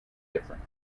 different